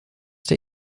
der